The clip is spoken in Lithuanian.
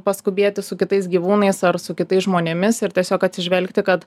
paskubėti su kitais gyvūnais ar su kitais žmonėmis ir tiesiog atsižvelgti kad